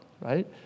right